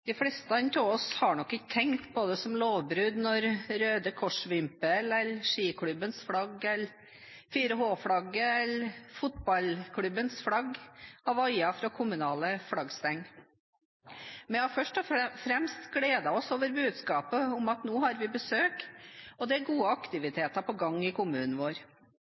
De fleste av oss har nok ikke tenkt på det som lovbrudd når Røde Kors-vimpelen, skiklubbens flagg, 4H-flagget eller fotballklubbens flagg har vaiet fra kommunale flaggstenger. Vi har først og fremst gledet oss over budskapet om at nå har vi besøk, og at det er gode aktiviteter på gang i kommunen vår.